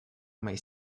may